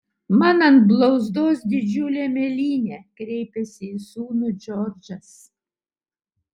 man ant blauzdos didžiulė mėlynė kreipėsi į sūnų džordžas